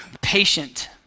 patient